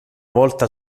volta